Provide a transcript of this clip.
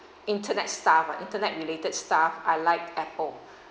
internet stuff ah internet related stuff I like apple